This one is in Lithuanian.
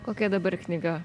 kokia dabar knyga